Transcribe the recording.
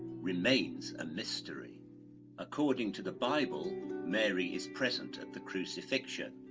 remains a mystery according to the bible mary is present at the crucifixion,